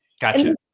Gotcha